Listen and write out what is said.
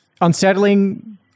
Unsettling